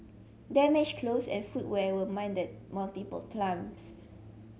damaged clothes and footwear were mended multiple times